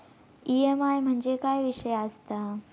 EMI म्हणजे काय विषय आसता?